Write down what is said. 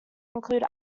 include